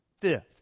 Fifth